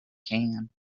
can